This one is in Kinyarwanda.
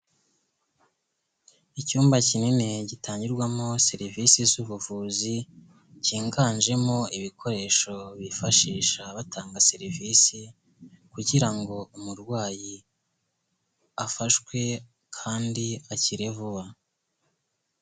Icyumba kinini gitangirwamo serivisi z'ubuvuzi, kiganjemo ibikoresho bifashisha batanga serivisi kugira ngo umurwayi afashwe kandi akire vuba.